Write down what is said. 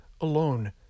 alone